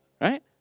Right